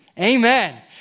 Amen